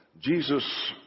Jesus